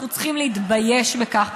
אנחנו צריכים להתבייש בכך.